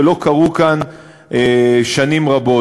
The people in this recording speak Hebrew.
ולא קרו כאן שנים רבות,